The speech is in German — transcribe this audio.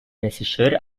regisseur